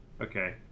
Okay